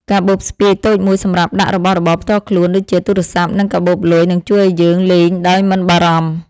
កាបូបស្ពាយតូចមួយសម្រាប់ដាក់របស់របរផ្ទាល់ខ្លួនដូចជាទូរស័ព្ទ និងកាបូបលុយនឹងជួយឱ្យយើងលេងដោយមិនបារម្ភ។